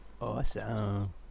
Awesome